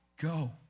go